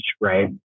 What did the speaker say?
right